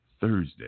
Thursday